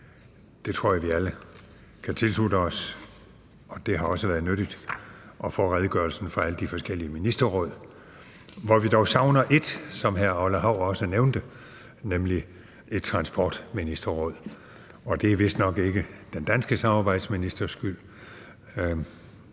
Det tror jeg vi alle kan tilslutte os. Det har også været nyttigt at få redegørelsen fra alle de forskellige ministerråd, hvor vi dog savner et, som hr. Orla Hav også nævnte, nemlig et transportministerråd. Det er vist nok ikke den danske samarbejdsministers skyld.